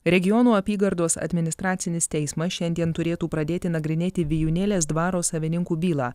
regionų apygardos administracinis teismas šiandien turėtų pradėti nagrinėti vijūnėlės dvaro savininkų bylą